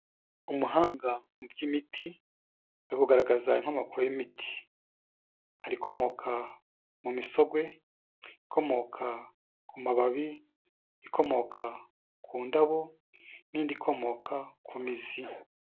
Umuhanga mu by'imiti ari kugaragaza inkomoko y'imiti, hari ikomoka mu misogwe, ikomoka ku mababi, ikomoka ku ndabo n'indi ikomoka ku mizi.